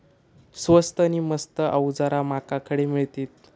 स्वस्त नी मस्त अवजारा माका खडे मिळतीत?